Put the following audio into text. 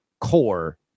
core